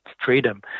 freedom